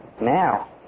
Now